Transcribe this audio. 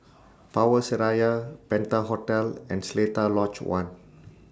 Power Seraya Penta Hotel and Seletar Lodge one